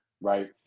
right